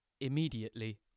immediately